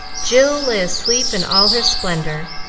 jill lay asleep in all her splendor,